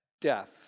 death